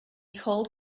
cold